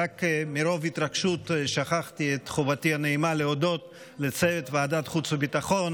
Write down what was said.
מרוב התרגשות שכחתי את חובתי הנעימה להודות לצוות ועדת חוץ וביטחון,